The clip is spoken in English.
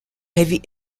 heavy